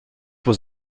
was